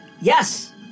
Yes